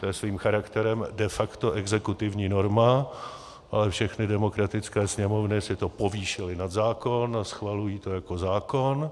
To je svým charakterem de facto exekutivní norma a všechny demokratické sněmovny si to povýšily na zákon a schvalují to jako zákon.